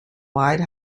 wide